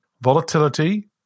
Volatility